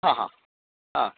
हा हा ह